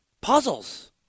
Puzzles